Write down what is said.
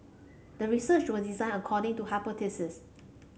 the research was designed according to hypothesis